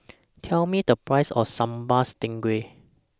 Tell Me The Price of Sambal Stingray